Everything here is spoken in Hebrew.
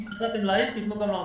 מי שמתנגד לזה שיתבייש לו.